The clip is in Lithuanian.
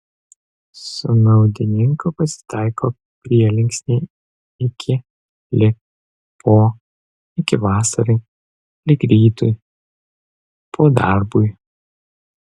su naudininku pasitaiko prielinksniai iki lig po iki vasarai lig rytui po darbui